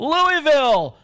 Louisville